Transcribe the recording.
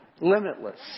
Limitless